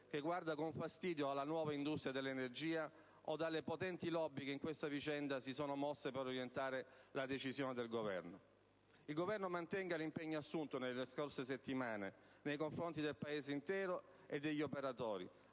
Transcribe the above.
che guarda con fastidio ad una nuova industria dell'energia, e dalle potenti *lobby* che in questa vicenda si sono mosse per orientare la decisione del Governo. Il Governo mantenga l'impegno assunto nelle scorse settimane nei confronti del Paese intero e degli operatori